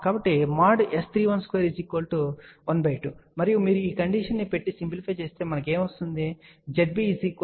కాబట్టి|S31|2|S31|2 12 మరియు మీరు ఈ కండిషన్ పెట్టి సింప్లిఫై చేస్తే మనకు ఏమి లభిస్తుంది అంటేzb1 za12